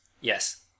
Yes